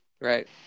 Right